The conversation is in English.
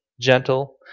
gentle